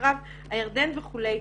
ואחריו הירדן וכולי.